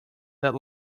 that